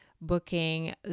booking